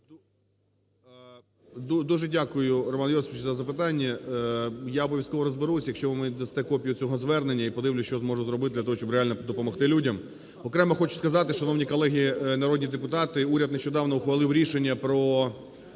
Дуже дякую, Роман Йосипович, за запитання. Я обов'язково розберусь, якщо ви мені дасте копію цього звернення, і подивлюся, що зможу зробити для того, щоб реально допомогти людям. Окремо хочу сказати, шановні колеги народні депутати, уряд нещодавно ухвалив рішення про